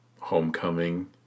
Homecoming